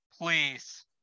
please